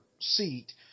seat